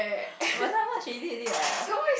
but already what